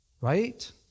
Right